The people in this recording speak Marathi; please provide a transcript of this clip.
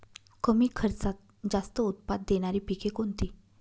कमी खर्चात जास्त उत्पाद देणारी पिके कोणती?